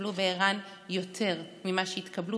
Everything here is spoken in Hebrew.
התקבלו בער"ן יותר ממה שהתקבלו